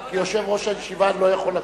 יושב-ראש הישיבה אינו יכול לקום.